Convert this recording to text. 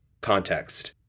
context